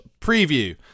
preview